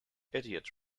idiot